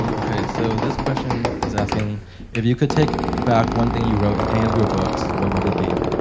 um ok, so this question is asking if you could take back one thing you wrote in any of your books, what would it be?